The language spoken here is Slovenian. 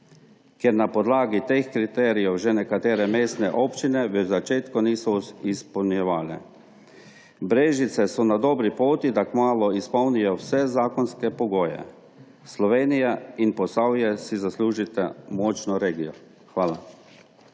ker teh kriterijev nekatere mestne občine v začetku niso izpolnjevale. Brežice so na dobri poti, da kmalu izpolnijo vse zakonske pogoje. Slovenija in Posavje si zaslužita močno regijo. Hvala.